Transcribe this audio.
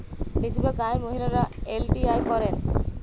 বেশিরভাগ গাঁয়ের মহিলারা এল.টি.আই করেন